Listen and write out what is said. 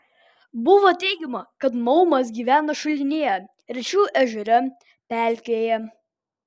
buvo teigiama kad maumas gyvena šulinyje rečiau ežere pelkėje